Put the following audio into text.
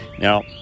Now